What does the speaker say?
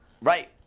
right